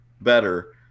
better